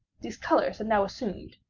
these colors had now assumed,